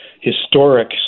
historic